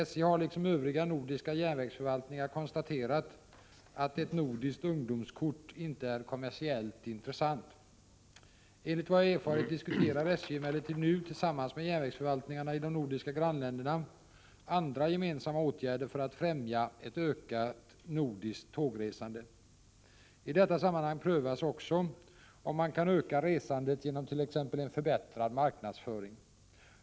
SJ har liksom övriga nordiska järnvägsförvaltningar konstaterat att ett nordiskt ungdomskort inte är kommersiellt intressant. Enligt vad jag erfarit diskuterar SJ emellertid nu tillsammans med järnvägsförvaltningarna i de nordiska grannländerna andra gemensamma åtgärder för att främja ett ökat nordiskt tågresande. I detta sammanhang prövas också om man kan öka resandet genom t.ex. en förbättrad marknadsföring.